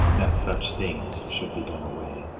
that such things should be done away.